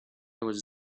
was